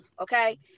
okay